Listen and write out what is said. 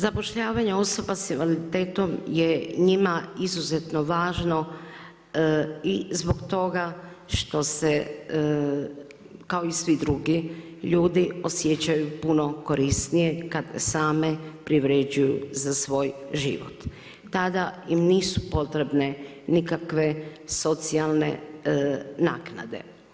Zapošljavanje osoba sa invaliditetom je njima izuzetno važno i zbog toga što se kao i svi drugi ljudi osjećaju puno korisnije kad same privređuju za svoj život, tada im nisu potrebne nikakve socijalne naknade.